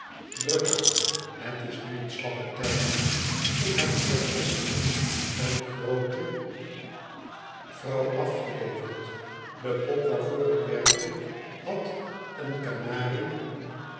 drukker het is nu een slappe tijd ik heb eergisteren een grootea duw afgeleverd de pop waarvoor ik werkte had een kanarie